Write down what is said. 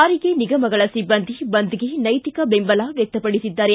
ಸಾರಿಗೆ ನಿಗಮಗಳ ಸಿಬ್ಬಂದಿ ಬಂದ್ಗೆ ನೈತಿಕ ಬೆಂಬಲ ವ್ಯಕ್ತಪಡಿಸಿದ್ದಾರೆ